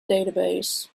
database